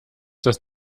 das